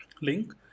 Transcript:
link